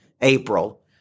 April